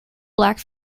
black